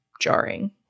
jarring